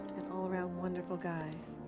an all-around wonderful guy.